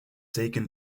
taken